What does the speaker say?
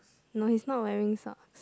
no he is not wearing socks